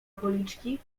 policzki